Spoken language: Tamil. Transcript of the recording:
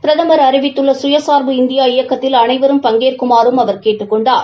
பிரதமா் அழிவித்துள்ள கயசாா்பு இந்தியா இயக்கத்தில் அனைவரும் பங்கேற்குமாறும் அவா் கேட்டுக் கொண்டார்